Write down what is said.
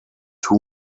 two